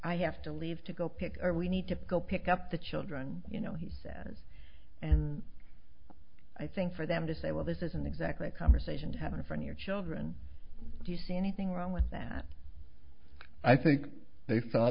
i have to leave to go pick or we need to feel pick up the children you know he says and i think for them to say well this isn't exactly a conversation to have and from your children do you see anything wrong with that i think they saw